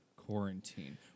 quarantine